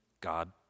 God